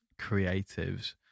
creatives